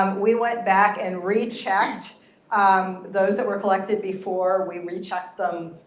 um we went back and re-checked those that were collected before. we re-checked them